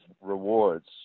rewards